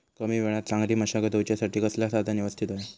कमी वेळात चांगली मशागत होऊच्यासाठी कसला साधन यवस्तित होया?